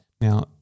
Now